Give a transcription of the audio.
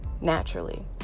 naturally